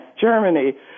Germany